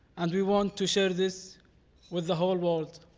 and we want to share this with the whole world.